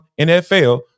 NFL